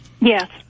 Yes